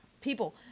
People